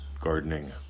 gardening